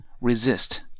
resist